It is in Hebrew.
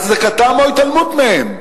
הצדקתם או התעלמות מהם.